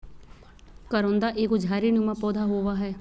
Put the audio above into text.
करोंदा एगो झाड़ी नुमा पौधा होव हय